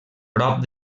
prop